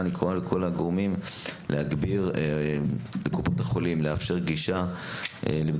הוועדה קוראת לכל קופות החולים לאפשר גישה לבדיקת